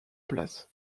place